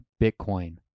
Bitcoin